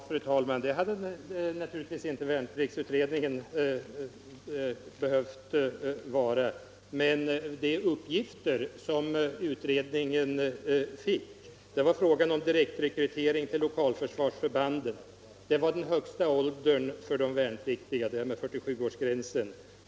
Fru talman! Nej, det hade värnpliktsutredningen naturligtvis inte behövt vara. Men de nya uppgifter som utredningen fick var frågan om direktrekrytering till lokalförsvarsförbanden och högsta åldern för de värnpliktiga, alltså 47-årsgränsen.